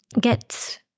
Get